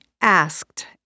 asked